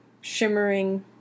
shimmering